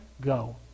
Go